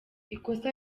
ikosa